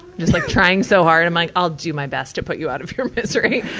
just like trying so hard. i'm like, i'll do my best to put you out of your misery.